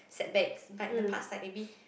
setbacks but in the past like maybe